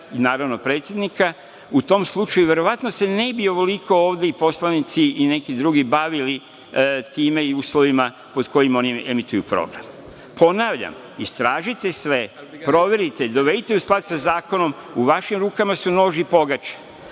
naravno i predsednika. U tom slučaju, verovatno se ne bi ovoliko ovde poslanici i neki drugi bavili time i uslovima pod kojim oni emituju program. Ponavljam, istražite sve, proverite, dovedite u sklad sa zakonom. U vašim rukama su nož i pogača,